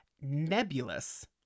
nebulous